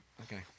Okay